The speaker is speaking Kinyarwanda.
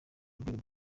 rwego